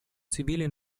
zivile